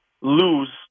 lose